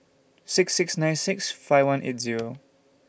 six six nine six five one eight Zero